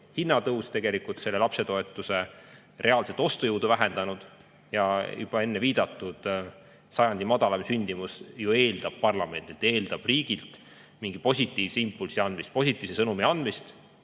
hinnatõus tegelikult lapsetoetuse reaalset ostujõudu vähendanud. Juba enne viidatud sajandi madalaim sündimus ju eeldab parlamendilt, eeldab riigilt mingi positiivse impulsi andmist, positiivse sõnumi andmist,